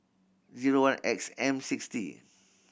zero one X M six T